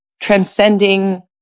transcending